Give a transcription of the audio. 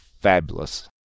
fabulous